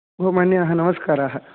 भो मान्याः नमस्काराः